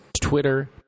Twitter